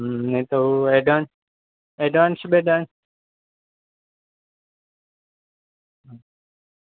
નહીં તો advance advance બેડવાન્સ